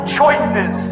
choices